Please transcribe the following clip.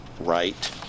right